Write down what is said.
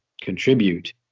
contribute